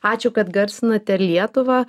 ačiū kad garsinate lietuvą